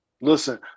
Listen